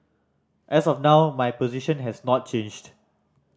as of now my position has not changed